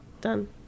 Done